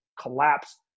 collapse